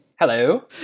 Hello